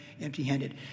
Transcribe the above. empty-handed